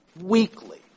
weekly